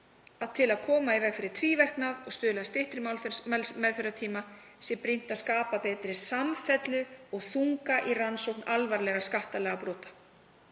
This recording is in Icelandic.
að til að koma í veg fyrir tvíverknað og stuðla að styttri málsmeðferðartíma sé brýnt að skapa betri samfellu og þunga í rannsókn alvarlegra skattalagabrota.